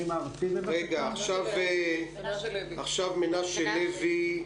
מנשה לוי,